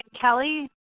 Kelly